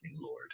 lord